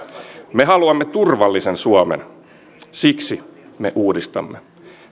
me haluamme turvallisen suomen siksi me uudistamme